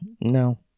no